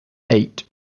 eight